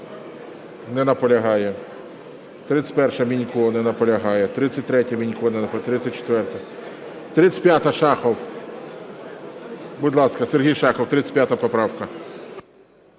Не наполягає. 31-а, Мінько. Не наполягає. 33-я, Мінько. Не наполягає. 34-а. 35-а, Шахов. Будь ласка, Сергій Шахов, 35 поправка.